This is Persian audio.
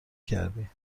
کردی